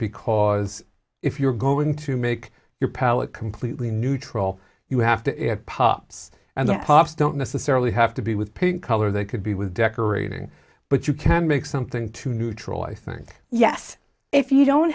because if you're going to make your palette completely neutral you have to it pops and that pops don't necessarily have to be with pink color they could be with decorating but you can make something to neutral i think yes if you don't